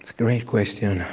great question.